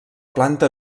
planta